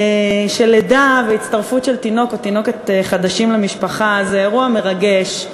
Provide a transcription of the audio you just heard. שלידה והצטרפות של תינוק או תינוקת חדשים למשפחה זה אירוע מרגש,